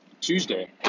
Tuesday